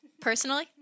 personally